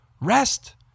rest